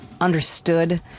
understood